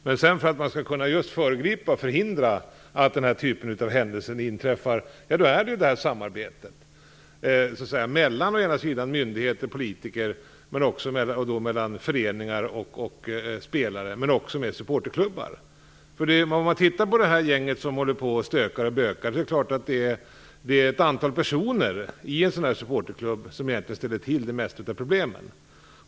Men för att vi skall kunna föregripa och förhindra att den här typen av händelser inträffar är det dessutom nödvändigt med ett samarbete mellan å ena sidan myndigheter och politiker och å andra sidan föreningar, spelare och supporterklubbar. Det gäng som håller på att stöka och böka utgörs ju av ett antal personer i supporterklubben - det är dessa som ställer till det mesta av problemen.